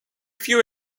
few